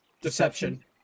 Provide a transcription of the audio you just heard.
Deception